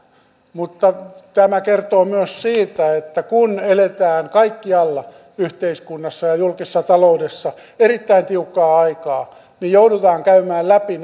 mutta tämä kertoo myös siitä että kun eletään kaikkialla yhteiskunnassa ja julkisessa taloudessa erittäin tiukkaa aikaa niin joudutaan käymään läpi